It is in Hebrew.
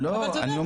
אבל אתה יודע,